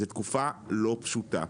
זאת תקופה לא פשוטה.